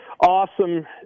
Awesome